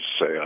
say